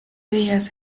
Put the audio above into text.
días